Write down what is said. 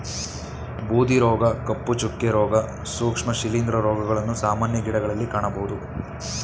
ಬೂದಿ ರೋಗ, ಕಪ್ಪು ಚುಕ್ಕೆ, ರೋಗ, ಸೂಕ್ಷ್ಮ ಶಿಲಿಂದ್ರ ರೋಗಗಳನ್ನು ಸಾಮಾನ್ಯ ಗಿಡಗಳಲ್ಲಿ ಕಾಣಬೋದು